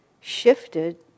shifted